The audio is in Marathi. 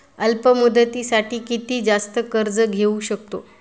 अल्प मुदतीसाठी किती जास्त कर्ज घेऊ शकतो?